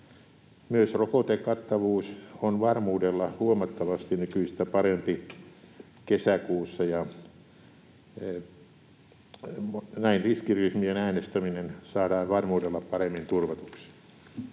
Myös rokotekattavuus on varmuudella huomattavasti nykyistä parempi kesäkuussa, ja näin riskiryhmien äänestäminen saadaan varmuudella paremmin turvatuksi.